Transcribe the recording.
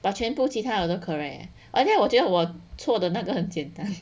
把全部其他的都 correct or then 我觉得我错的那个很简单